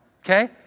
Okay